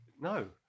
No